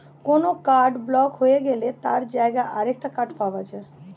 কোনো card block হয়ে গেলে তার জায়গায় আরেকটা কার্ড পাওয়া যায়